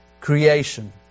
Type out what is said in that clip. creation